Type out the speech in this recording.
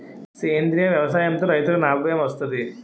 సేంద్రీయ వ్యవసాయం తో రైతులకి నాబమే వస్తది